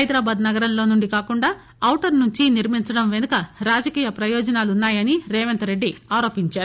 హైదరాబాదు నగరంలో నుండి కాకుండా ఔటర్ నుంచి నిర్మించడం వెనుక రాజకీయ ప్రయోజనాలు ఉన్నాయని రేవంత్ రెడ్డి ఆరోపించారు